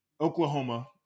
Oklahoma